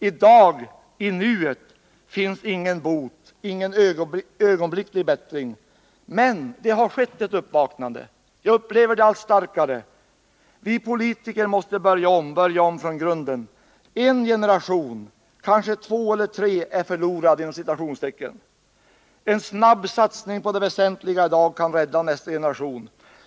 I dag finns det ingen bot, ingen möjlighet till ögonblicklig bättring. Men det har skett ett uppvaknande — jag upplever det allt starkare. Vi politiker måste börja om från grunden. En generation, kanske två eller tre, är ”förlorade”. En snar satsning på det väsentliga kan rädda nästa generation.